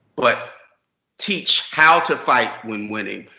but teach how to fight when winning,